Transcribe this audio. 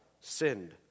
sinned